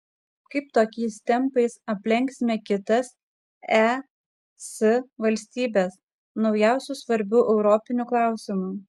kaip tokiais tempais aplenksime kitas es valstybes naujausiu svarbiu europiniu klausimu